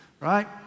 right